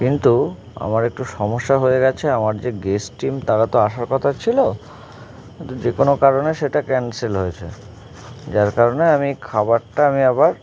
কিন্তু আমার একটু সমস্যা হয়ে গেছে আমার যে গেস্ট টিম তারা তো আসার কথা ছিলো কিন্তু যে কোনো কারণে সেটা ক্যান্সেল হয়েছে যার কারণে আমি খাবারটা আমি আবার